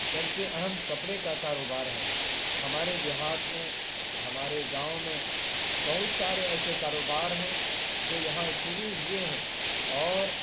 سب سے اہم کپڑے کا کاروبار ہے ہمارے دیہات میں ہمارے گاؤں میں بہت سارے ایسے کاروبار ہیں جو یہاں شروع ہوئے ہیں اور